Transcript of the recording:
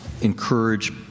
encourage